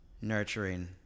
nurturing